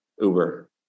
Uber